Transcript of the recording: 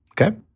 Okay